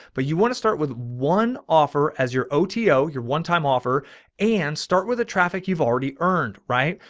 but you want to start with one offer as your oto, your one time offer and start with a traffic you've already earned. right.